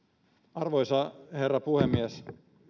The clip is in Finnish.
arvoisa herra puhemies